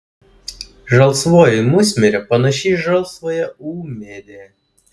žalsvoji musmirė panaši į žalsvąją ūmėdę